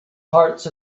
hearts